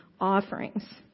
offerings